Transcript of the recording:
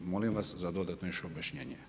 Molim vas za dodatno još objašnjenje.